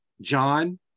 John